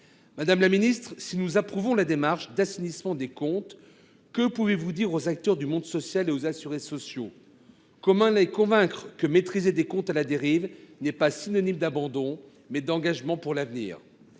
Madame la ministre, si nous approuvons la démarche d’assainissement des comptes, que pouvez vous dire aux acteurs du monde social et aux assurés sociaux ? Comment les convaincre que maîtriser des comptes à la dérive est synonyme non pas d’abandon, mais d’engagement pour l’avenir ?